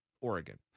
Oregon